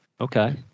Okay